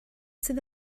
sydd